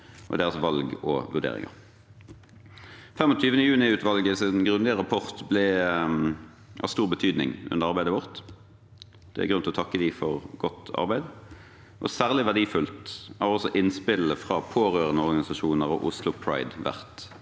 og E-tjenestens valg og vurderinger. 25. juni-utvalgets grundige rapport har vært av stor betydning under arbeidet vårt, og det er grunn til å takke dem for godt arbeid. Særlig verdifulle har også innspillene fra pårørendeorganisasjoner og Oslo Pride vært